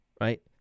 right